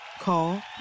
Call